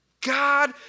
God